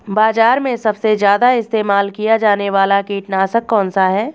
बाज़ार में सबसे ज़्यादा इस्तेमाल किया जाने वाला कीटनाशक कौनसा है?